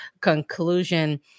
conclusion